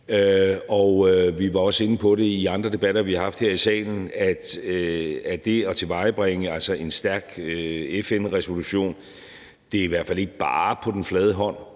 også været inde på det i andre debatter, vi har haft her i salen, altså at det at tilvejebringe en stærk FN-resolution i hvert fald ikke bare er på den flade hånd.